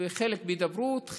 חלק בהידברות,